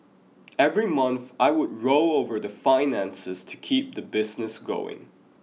every month I would roll over my finances to keep the business going